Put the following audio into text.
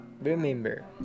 remember